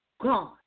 God